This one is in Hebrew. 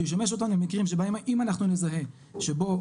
שישמש אותנו במקרים שבהם אם אנחנו נזהה שבאיחוד